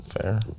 Fair